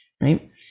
right